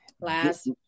Last